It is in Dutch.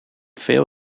veel